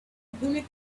bullet